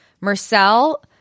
Marcel